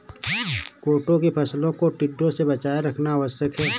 कोदो की फसलों को टिड्डों से बचाए रखना आवश्यक है